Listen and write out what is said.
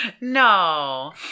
No